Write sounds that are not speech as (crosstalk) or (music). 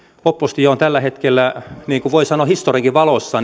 oppositio on tällä hetkellä niin kuin voi sanoa historiankin valossa (unintelligible)